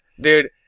Dude